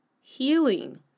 Healing